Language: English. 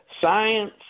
science